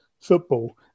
football